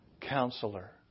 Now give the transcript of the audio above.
Counselor